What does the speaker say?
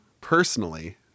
personally